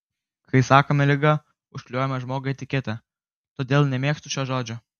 kai sakome liga užklijuojame žmogui etiketę todėl nemėgstu šio žodžio